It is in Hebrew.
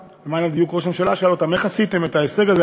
ראש הממשלה שאל אותם: איך עשיתם את ההישג הזה?